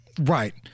Right